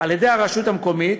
על-ידי הרשות המקומית,